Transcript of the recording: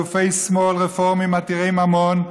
גופי שמאל רפורמיים עתירי ממון.